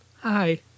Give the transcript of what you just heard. hi